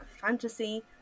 fantasy